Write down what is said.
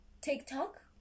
TikTok